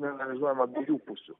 neanalizuojama abiejų pusių